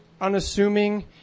unassuming